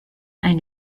ein